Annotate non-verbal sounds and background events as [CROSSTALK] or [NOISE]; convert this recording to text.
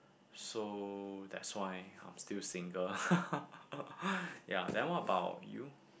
so that's why I am still single [LAUGHS] ya then what about you